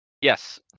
Yes